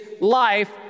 life